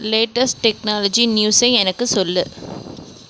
latest technology நியூஸை எனக்கு சொல்